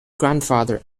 grandfather